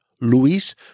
Luis